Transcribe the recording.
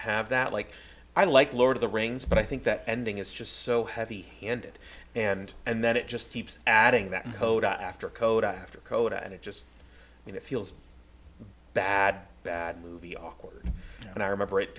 have that like i like lord of the rings but i think that ending is just so heavy handed and and then it just keeps adding that coda after coda after coda and it just you know it feels bad that movie awkward and i remember it